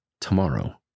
tomorrow